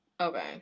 Okay